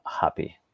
happy